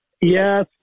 Yes